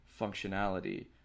functionality